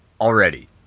already